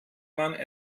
man